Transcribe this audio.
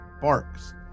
barks